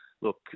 look